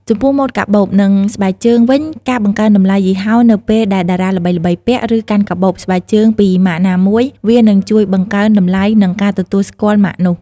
ចំពោះម៉ូតកាបូប និងស្បែកជើងវិញការបង្កើនតម្លៃយីហោនៅពេលដែលតារាល្បីៗពាក់ ឬកាន់កាបូប ស្បែកជើងពីម៉ាកណាមួយ វានឹងជួយបង្កើនតម្លៃ និងការទទួលស្គាល់ម៉ាកនោះ។